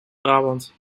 brabant